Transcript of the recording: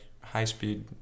high-speed